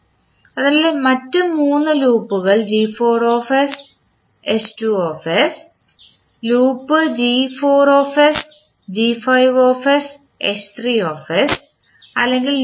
അതിനാൽ മറ്റ് 3 ലൂപ്പുകൾ ലൂപ്പ് അല്ലെങ്കിൽ ലൂപ്പ്